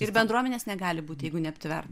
ir bendruomenės negali būti jeigu neaptverta